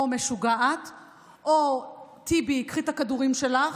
או משוגעת, או, טיבי, קחי את הכדורים שלך,